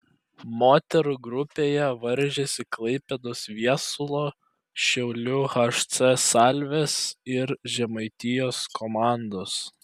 moterų grupėje varžėsi klaipėdos viesulo šiaulių hc salvės ir žemaitijos komandos